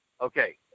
Okay